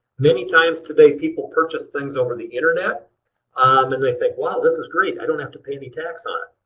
many times today people purchase things over the internet ah um and they think wow this is great! i don't have to pay any tax on it!